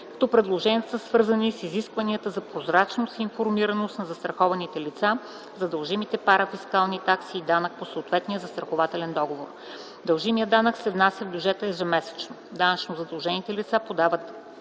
фонд. Предложенията за това са свързани с изискванията за прозрачност и информираност на застрахованите лица за дължимите парафискални такси и данък по съответния застрахователен договор. Дължимият данък се внася в бюджета ежемесечно. Данъчно задължените лица подават данъчна